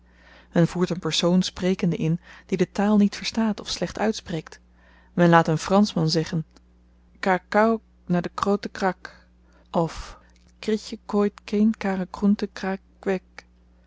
men voert een persoon sprekende in die de taal niet verstaat of slecht uitspreekt men laat een franschman zeggen ka kauw na de krote krak of krietje kooit keen kare kroente